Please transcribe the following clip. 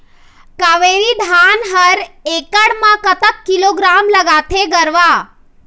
कावेरी धान हर एकड़ म कतक किलोग्राम लगाथें गरवा?